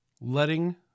letting